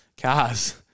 Cars